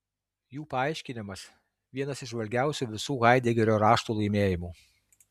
jų paaiškinimas vienas įžvalgiausių visų haidegerio raštų laimėjimų